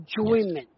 enjoyment